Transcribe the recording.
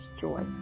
Joy